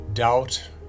Doubt